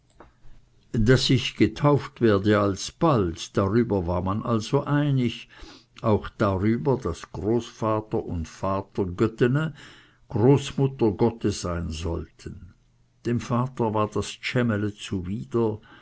daß ich getauft werde alsbald darüber war man also einig auch darüber daß großvater und vater göttene großmutter gotte sein sollten dem vater war das tschämele zuwider